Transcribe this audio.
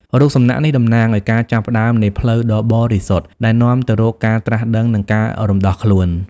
រូបសំណាកនេះតំណាងឱ្យការចាប់ផ្តើមនៃផ្លូវដ៏បរិសុទ្ធដែលនាំទៅរកការត្រាស់ដឹង និងការរំដោះខ្លួន។